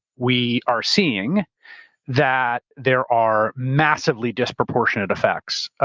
we are seeing that there are massively disproportionate effects,